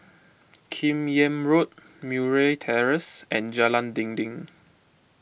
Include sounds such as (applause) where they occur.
(noise) Kim Yam Road Murray Terrace and Jalan Dinding